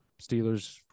Steelers